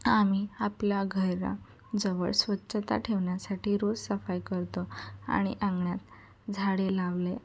आम्ही आपल्या घराजवळ स्वच्छता ठेवण्यासाठी रोज सफाई करतो आणि अंगणात झाडे लावले